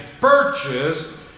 purchased